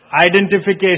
Identification